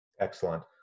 Excellent